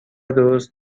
درست